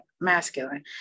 masculine